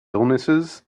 illnesses